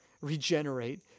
regenerate